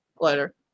Later